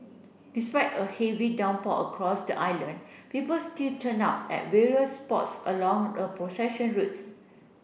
despite a heavy downpour across the island people still turned up at various spots along the procession routes